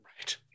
Right